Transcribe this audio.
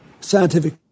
scientific